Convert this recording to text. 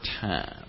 time